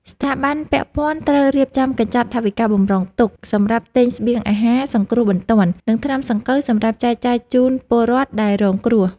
ស្ថាប័នពាក់ព័ន្ធត្រូវរៀបចំកញ្ចប់ថវិកាបម្រុងទុកសម្រាប់ទិញស្បៀងអាហារសង្គ្រោះបន្ទាន់ និងថ្នាំសង្កូវសម្រាប់ចែកចាយជូនពលរដ្ឋដែលរងគ្រោះ។